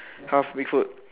half big foot